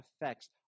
effects